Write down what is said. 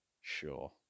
Sure